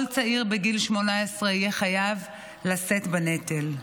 כל צעיר בגיל 18 יהיה חייב לשאת בנטל.